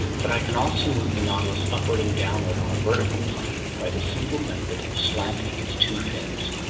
but i can also move the nautilus upward and downward on a vertical plane by the simple method of slanting its two fins,